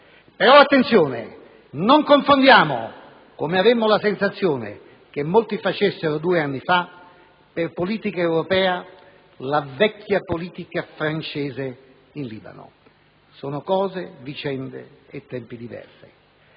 Però attenzione: non confondiamo, come avemmo la sensazione che molti facessero due anni fa, per politica europea la vecchia politica francese in Libano. Sono cose, vicende e tempi diversi.